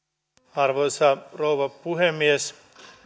arvoisa rouva puhemies